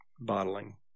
bottling